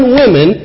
women